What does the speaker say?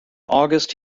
august